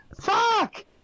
fuck